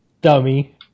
Dummy